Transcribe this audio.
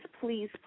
please